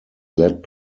led